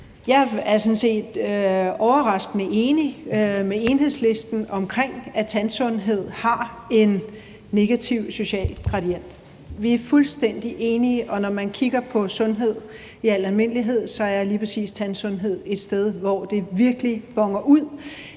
set overraskende enig med Enhedslisten i, at tandsundhed har en negativ social gradient. Vi er fuldstændig enige, og når man kigger på sundhed i almindelighed, kan man se, at lige præcis tandsundhed er et sted, hvor det virkelig boner ud,